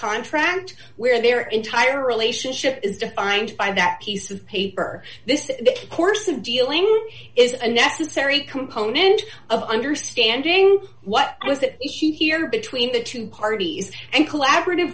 contract where their entire relationship is defined by that piece of paper this course of dealing is a necessary component of understanding what it was that he or between the two parties and collaborative